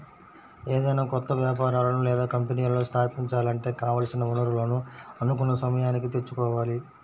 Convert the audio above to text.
ఏదైనా కొత్త వ్యాపారాలను లేదా కంపెనీలను స్థాపించాలంటే కావాల్సిన వనరులను అనుకున్న సమయానికి తెచ్చుకోవాలి